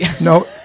No